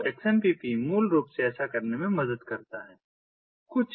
तो XMPP मूल रूप से ऐसा करने में मदद करता है